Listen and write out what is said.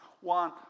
One